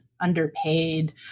underpaid